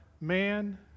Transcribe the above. Man